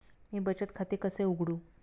मी बचत खाते कसे उघडू?